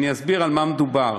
אני אסביר במה מדובר.